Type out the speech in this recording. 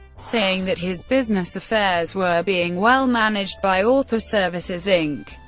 saying that his business affairs were being well managed by author services inc,